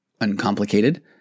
uncomplicated